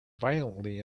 violently